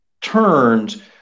turns